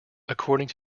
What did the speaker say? according